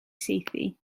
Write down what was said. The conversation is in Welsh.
saethu